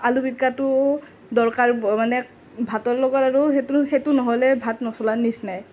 আলু পিটিকাটো দৰকাৰ মানে ভাতৰ লগত আৰু সেইটো সেইটো নহ'লে ভাত নচলাৰ নিচিনাই